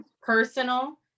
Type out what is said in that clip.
personal